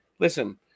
Listen